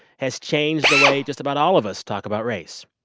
has changed the way just about all of us talk about race.